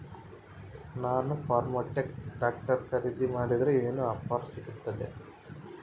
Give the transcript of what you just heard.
ನಾನು Farmtrac tractor ಖರೇದಿ ಮಾಡಿದ್ರೆ ಏನು ಆಫರ್ ಸಿಗ್ತೈತಿ?